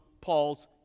paul's